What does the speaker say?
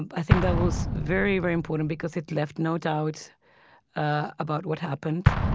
and i think that was very, very important because it left no doubt about what happened,